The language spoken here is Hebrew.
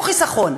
חיסכון.